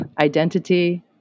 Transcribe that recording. identity